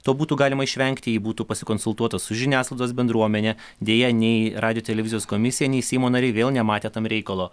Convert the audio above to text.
to būtų galima išvengti jei būtų pasikonsultuota su žiniasklaidos bendruomene deja nei radijo televizijos komisija nei seimo nariai vėl nematė tam reikalo